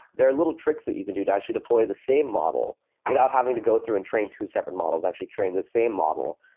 there are little tricks that you can do to actually deploy the same model without having to go through and train two separate models, actually train the same model,